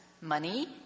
money